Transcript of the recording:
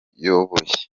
yayoboye